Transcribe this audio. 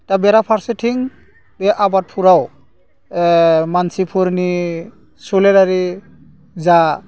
दा बेराफारसेथिं बे आबादफोराव मानसिफोरनि सोलेरारि जा